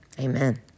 Amen